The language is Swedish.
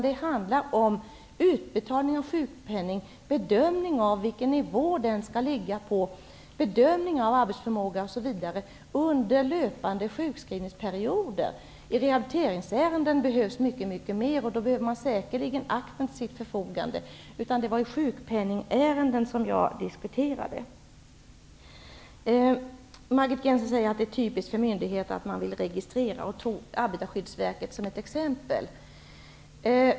Det handlar om utbetalning av sjukpenning, bedömning av vilken nivå den skall ligga på, bedömning av arbetsförmåga, osv., under löpande sjukskrivningsperioder. I rehabiliteringsärenden behövs mycket mer. Då behöver man säkerligen akten till sitt förfogande. Det var sjukpenningärenden som jag diskuterade. Margit Gennser säger att det är typiskt för myndigheter att man vill registrera, och hon tog Arbetarskyddsstyrelsen som ett exempel.